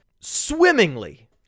swimmingly